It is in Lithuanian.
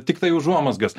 tiktai užuomazgas